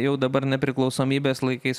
jau dabar nepriklausomybės laikais